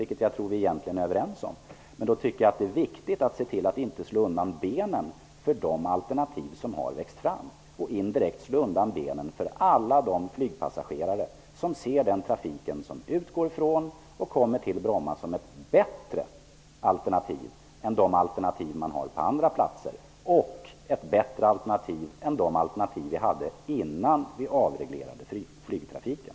Det är därför viktigt att man inte slår undan benen för de alternativ som har växt fram och indirekt för alla de flygpassagerare som ser Brommatrafiken som ett bättre alternativ än de alternativ som finns på andra platser och än de alternativ som fanns innan flygtrafiken avreglerades.